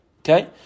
Okay